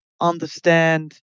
understand